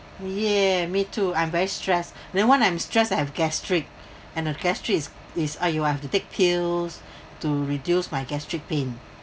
yeah me too I'm very stressed then when I'm stressed I have gastric and that gastric is is !aiyo! I have to take pills to reduce my gastric pain